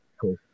cool